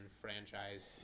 franchise